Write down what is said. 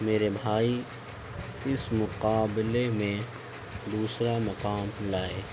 میرے بھائی اس مقابلے میں دوسرا مقام لائے